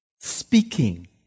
speaking